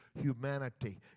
humanity